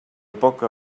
poca